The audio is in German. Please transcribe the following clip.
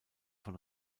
von